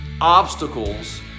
obstacles